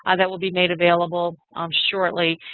ah that will be made available um shortly.